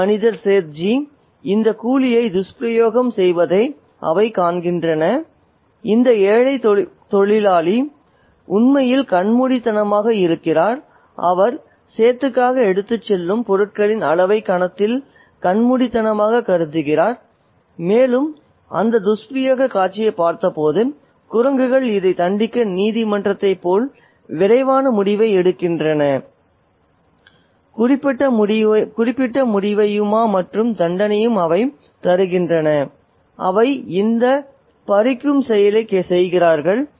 இந்த மனிதர் சேத்ஜி இந்த கூலியை துஷ்பிரயோகம் செய்வதை அவை காண்கின்றன இந்த ஏழை தொழிலாளி உண்மையில் கண்மூடித்தனமாக இருக்கிறார் அவர் சேத்துக்காக எடுத்துச் செல்லும் பொருட்களின் அளவைக் கணத்தில் கண்மூடித்தனமாகக் கருதுகிறார் மேலும் அந்த துஷ்பிரயோகக் காட்சியைப் பார்த்தபோது குரங்குகள் இதைத் தண்டிக்க நீதிமன்றத்தைப் போல் விரைவான முடிவை எடுக்கின்றன குறிப்பிட்ட முடிவையுமா மற்றும் தண்டனையும் அவை தருகின்றன அவை இந்த பறிக்கும் செயலை செய்கிறார்கள்